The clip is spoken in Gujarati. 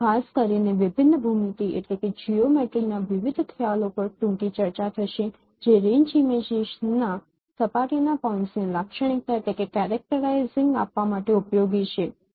ખાસ કરીને ડિફરેનશિયલ ભૂમિતિ ના વિવિધ ખ્યાલો પર ટૂંકી ચર્ચા થશે જે રેન્જ ઇમેજીસના સપાટીના પોઇન્ટ્સને લાક્ષણિકતા આપવા માટે ઉપયોગી છે